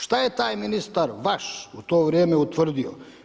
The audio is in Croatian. Šta je taj ministar vaš, u to vrijeme utvrdio?